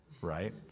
right